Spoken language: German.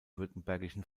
württembergischen